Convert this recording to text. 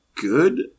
Good